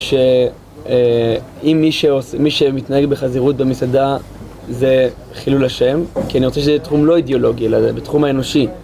שאם מי שמתנהג בחזירות במסעדה זה חילול השם, כי אני רוצה שזה יהיה תחום לא אידיאולוגי, אלא התחום האנושי.